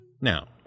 Now